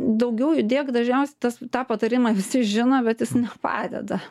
daugiau judėk dažniausiai tas tą patarimą visi žino bet jis nepadeda